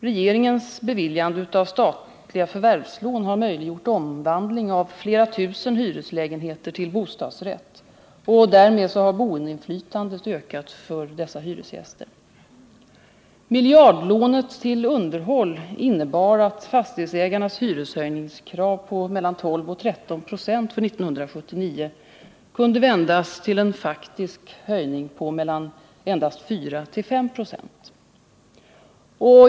Regeringens beviljande av statliga förvärvslån har möjliggjort omvandling av flera tusen hyreslägenheter till bostadsrätter, och därmed så har boendeinflytandet ökat för dessa hyresgäster. Miljardlånet till underhåll innebar att fastighetsägarnas hyreshöjningskrav på mellan 12 och 13 96 för 1979 kunde dämpas till en faktisk höjning på mellan 4 och 5 96.